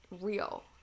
real